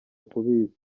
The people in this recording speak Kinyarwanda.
kubica